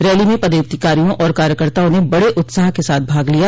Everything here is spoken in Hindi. रैली में पदाधिकारियों और कार्यकर्ताओं ने बड़े उत्साह के साथ भाग लिया